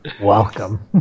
Welcome